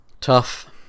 tough